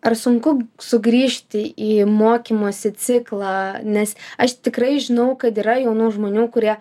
ar sunku sugrįžti į mokymosi ciklą nes aš tikrai žinau kad yra jaunų žmonių kurie